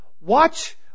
watch